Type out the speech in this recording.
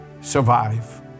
survive